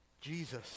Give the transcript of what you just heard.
Jesus